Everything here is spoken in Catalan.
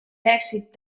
lèxic